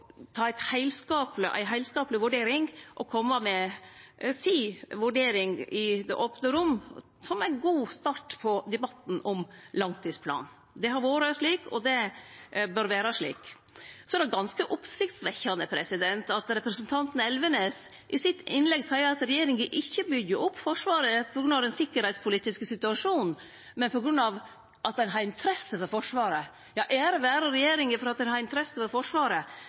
ei heilskapleg vurdering og kome med si vurdering i det opne rom – som ein god start på debatten om langtidsplanen. Det har vore slik, og det bør vere slik. Så er det ganske oppsiktsvekkjande at representanten Elvenes i sitt innlegg seier at regjeringa ikkje byggjer opp Forsvaret på grunn av den sikkerheitspolitiske situasjonen, men på grunn av at ein har interesse for Forsvaret. Ja, ære vere regjeringa for at ein har interesse for Forsvaret,